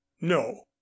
no